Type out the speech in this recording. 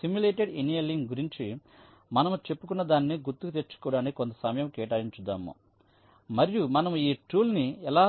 simulated annealing గురించి మనము చెప్పుకున్న దానిని గుర్తుకు తెచ్చుకోవడానికి కొంత సమయం కేటాయించుదాము మరియు మనము ఈ టూల్ ని ఎలా